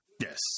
Yes